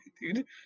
dude